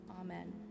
Amen